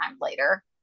later